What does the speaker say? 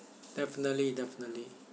definitely definitely